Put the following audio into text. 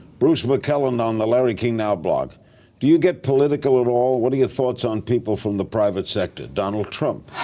bruce maclelland on the larry king now blog do you get political at all? what are your thoughts on people from the private sector? donald trump?